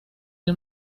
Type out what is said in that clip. del